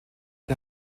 der